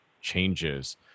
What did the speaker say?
changes